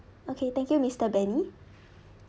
okay thank you mister benny